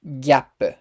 gap